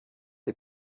der